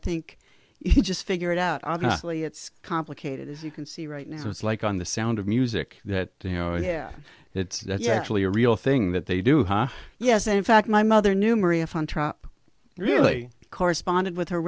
think you just figure it out obviously it's complicated as you can see right now it's like on the sound of music that you know yeah it's actually a real thing that they do yes in fact my mother knew maria fine tropp really corresponded with her